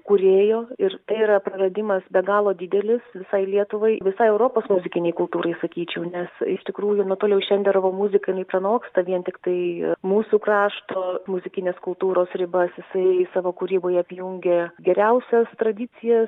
kūrėjo ir tai yra praradimas be galo didelis visai lietuvai visai europos muzikinei kultūrai sakyčiau nes iš tikrųjų anatolijaus šenderovo muzika jinai pranoksta vien tiktai mūsų krašto muzikinės kultūros ribas jisai savo kūryboje apjungė geriausias tradicijas